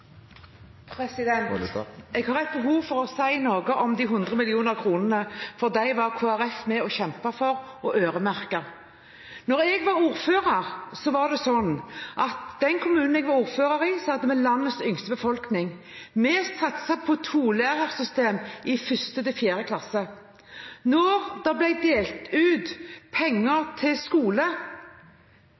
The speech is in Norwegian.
1 minutt. Jeg har behov for å si noe om de 100 mill. kr, for dem var Kristelig Folkeparti med og kjempet for å øremerke. Da jeg var ordfører, var det sånn at i den kommunen jeg var ordfører, hadde vi landets yngste befolkning. Vi satset på et tolærersystem i 1.–4. klasse. Da det ble delt ut penger til skole